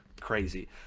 crazy